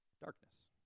darkness